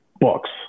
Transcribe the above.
books